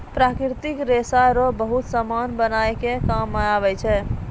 प्राकृतिक रेशा रो बहुत समान बनाय मे काम आबै छै